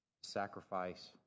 sacrifice